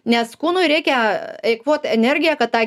nes kūnui reikia eikvot energiją kad tą